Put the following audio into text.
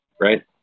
right